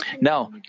Now